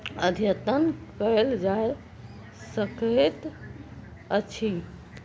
अद्यतन कयल जाय सकैत अछि